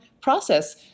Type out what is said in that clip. process